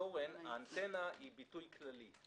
האנטנה היא ביטוי כללי.